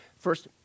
first